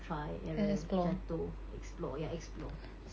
try error jatuh explore ya explore